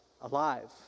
alive